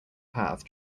path